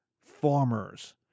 farmers